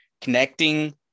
connecting